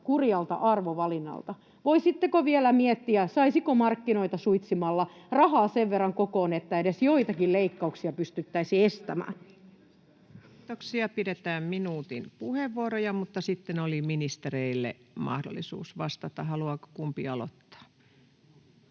kurjalta arvovalinnalta. Voisitteko vielä miettiä, saisiko markkinoita suitsimalla sen verran rahaa kokoon, että edes joitakin leikkauksia pystyttäisiin estämään? Kiitoksia. — Pidetään minuutin puheenvuoroja. — Sitten oli ministereille mahdollisuus vastata. Kumpi haluaa aloittaa?